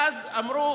ואז אמרו,